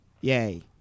Yay